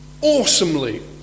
awesomely